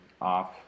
off